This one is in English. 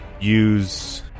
use